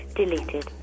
deleted